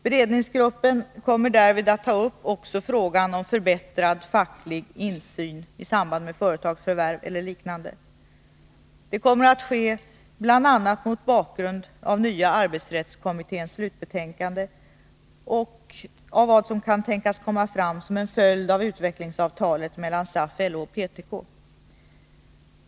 Beredningsgruppen kommer därvid att ta upp också frågan om förbättrad facklig insyn i samband med företagsförvärv eller liknande. Det kommer att ske bl.a. mot bakgrund av nya arbetsrättskommitténs slutbetänkande och vad som kan tänkas komma fram som en följd av utvecklingsavtalet mellan SAF, LO och PTK.